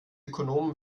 ökonomen